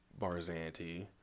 Barzanti